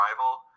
rival